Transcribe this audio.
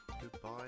Goodbye